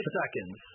seconds